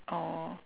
oh